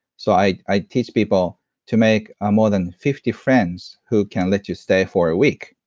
so, i i teach people to make ah more than fifty friends who can let you stay for a week,